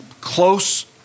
close